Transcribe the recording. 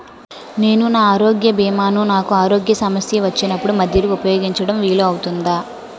నేను నా ఆరోగ్య భీమా ను నాకు ఆరోగ్య సమస్య వచ్చినప్పుడు మధ్యలో ఉపయోగించడం వీలు అవుతుందా?